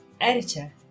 editor